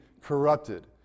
corrupted